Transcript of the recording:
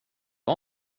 var